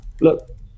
look